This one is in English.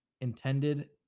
intended